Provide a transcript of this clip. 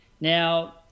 now